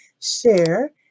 share